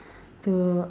to uh